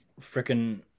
freaking